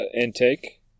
intake